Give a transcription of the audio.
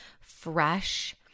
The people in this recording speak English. fresh